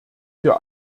für